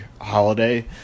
holiday